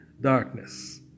darkness